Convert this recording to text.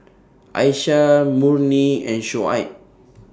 Aisyah Murni and Shoaib